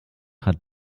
hat